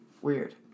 Weird